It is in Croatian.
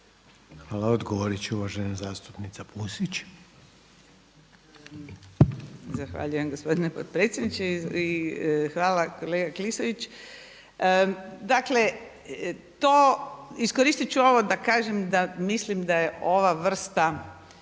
Hvala. Odgovorit će uvažena zastupnica Pusić. **Pusić, Vesna (HNS)** Zahvaljujem gospodine potpredsjedniče. Hvala kolega Klisović. Dakle to iskoristit ću ovo da kažem da mislim da je ova vrsta